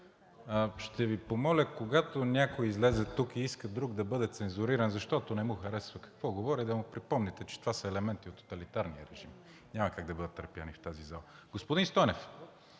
Ще Ви помоля, когато някой излезе тук и иска друг да бъде цензуриран, защото не му харесва какво говори, да му припомните, че това са елементи от тоталитарния режим и няма как да бъдат търпени в тази зала. Господин Стойнев,